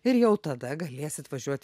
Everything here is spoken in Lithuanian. ir jau tada galėsit važiuot